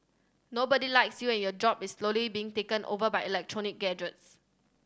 nobody likes you and your job is slowly being taken over by electronic gantries